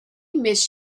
miss